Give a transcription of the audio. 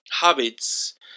habits